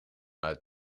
uit